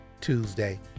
Tuesday